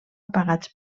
pagats